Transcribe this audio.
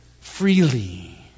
Freely